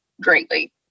greatly